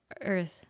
Earth